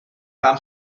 vám